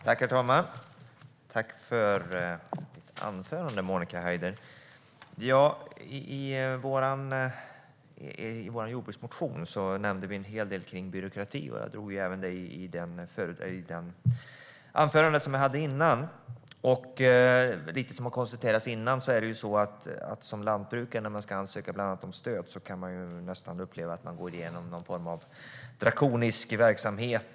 Herr talman! Tack för anförandet, Monica Haider! I vår jordbruksmotion nämner vi en hel del kring byråkrati, och jag gjorde det även i mitt anförande här tidigare. Som konstaterats kan man som lantbrukare när man ska ansöka om stöd nästan uppleva att man går igenom någon form av drakonisk verksamhet.